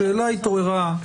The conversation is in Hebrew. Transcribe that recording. השאלה התעוררה,